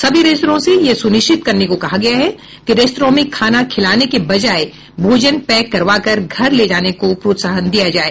सभी रेस्तराओं से यह सुनिश्चित करने को कहा गया है कि रेस्तरां में खाना खिलाने के बजाय भोजन पैक करवाकर घर ले जाने को प्रोत्साहन दिया जाए